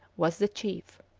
was the chief.